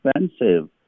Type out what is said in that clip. expensive